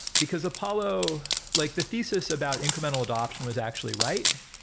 because apollo like the thesis about incremental adaption was actually right,